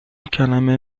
کلمه